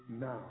now